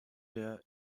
der